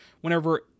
whenever